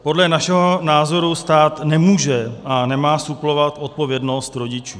Podle našeho názoru stát nemůže a nemá suplovat odpovědnost rodičů.